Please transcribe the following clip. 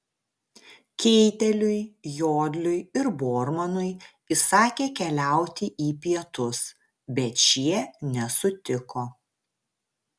keiteliui jodliui ir bormanui įsakė keliauti į pietus bet šie nesutiko